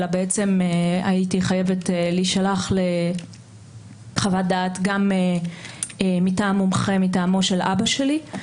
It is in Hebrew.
אלא הייתי חייבת להישלח גם לחוות דעת מומחה מטעמו של אבא שלי.